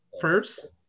first